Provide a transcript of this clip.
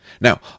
Now